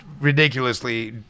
ridiculously